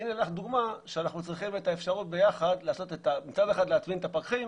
והתירוץ הזה של הפחים הפתוחים,